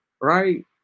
right